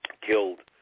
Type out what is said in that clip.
killed